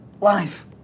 life